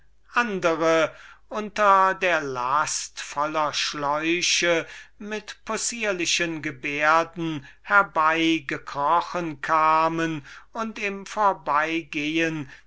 andre unter der last voller schläuche mit possierlichen gebärden herbeigekrochen kamen und im vorbeigehen